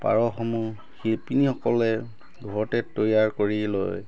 পাৰসমূহ শিপিনীসকলে ঘৰতে তৈয়াৰ কৰি লয়